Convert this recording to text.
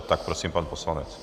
Tak prosím, pan poslanec.